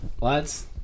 lads